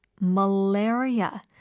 Malaria